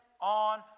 on